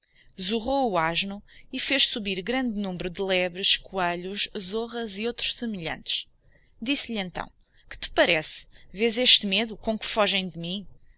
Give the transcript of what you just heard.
zurrou o asno e fez subir grande número de lebres coellios zorras e outros semelhantes disse lhe então que te parece vês este medo com que fogem de mim